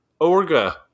Orga